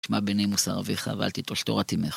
תשמע בנימוס אביך, ואל תיטוש תורת אמך